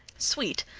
sweet,